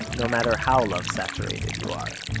no matter how love saturated you are